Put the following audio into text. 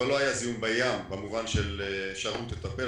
אבל לא היה זיהום בים במובן של אפשרות לטפל.